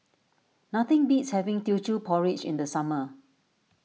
nothing beats having Teochew Porridge in the summer